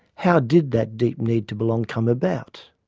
how did that deep need to belong come about?